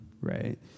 Right